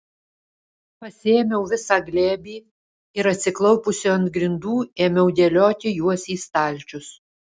pasiėmiau visą glėbį ir atsiklaupusi ant grindų ėmiau dėlioti juos į stalčius